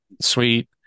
sweet